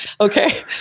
okay